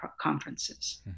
conferences